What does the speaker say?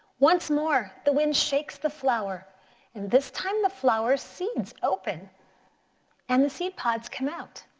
once more the wind shakes the flower and this time the flower's seeds open and the seed pods come out.